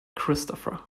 christopher